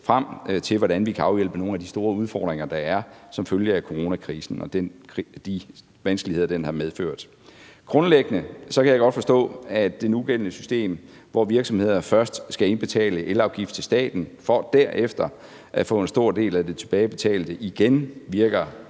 frem til, hvordan vi kan afhjælpe nogle af de store udfordringer, der er, som følge af coronakrisen og de vanskeligheder, den har medført. Grundlæggende kan jeg godt forstå, at det nugældende system, hvor virksomheder først skal indbetale elafgift til staten for derefter at få en stor del af det tilbagebetalte igen, måske